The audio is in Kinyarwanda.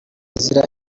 izira